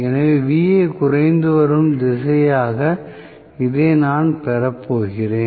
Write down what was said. எனவே Va குறைந்து வரும் திசையாக இதை நான் பெறப்போகிறேன்